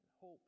hope